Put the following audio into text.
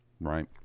Right